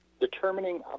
determining